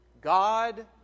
God